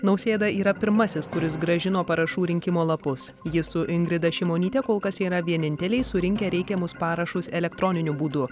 nausėda yra pirmasis kuris grąžino parašų rinkimo lapus jis su ingrida šimonyte kol kas yra vieninteliai surinkę reikiamus parašus elektroniniu būdu